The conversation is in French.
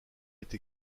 été